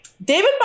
david